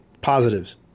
positives